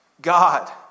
God